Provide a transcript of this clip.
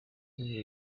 ibi